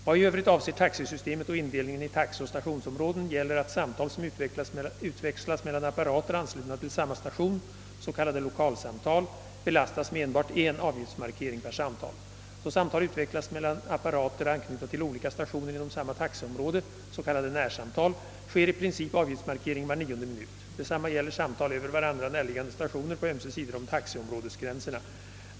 Vad i övrigt avser taxesystemet och indelningen i taxeoch stationsområden gäller att samtal som utväxlas mellan apparater anslutna till samma station — s.k. lokalsamtal — belastas med enbart en avgiftsmarkering per samtal. Då samtal utväxlas mellan apparater anknutna till olika stationer inom samma taxeområde — s.k. närsamtal — sker i princip avgiftsmarkering var nionde minut. Detsamma gäller samtal över varandra närliggande stationer på ömse sidor om taxeområdesgränserna.